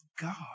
God